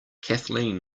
kathleen